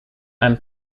and